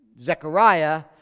Zechariah